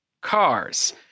cars